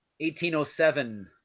1807